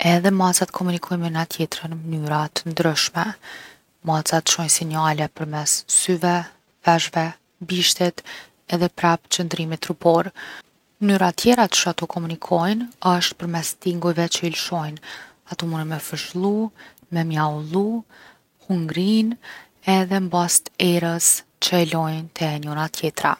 Edhe macat komunikojn’ me njona tjetrën n’mnyra t’ndryshme. Macat qojn’ sinjale përmes syve, veshve, bishtit edhe prap qëndrimit trupor’. Mnyra tjera qysh ato komunikojn’ osht përmes tingujve që i lshojn’. Ato munen me fërshllu, me mjaullu, hungrinë edhe n’baz’ t’erës që e lojnë te njona tjetra.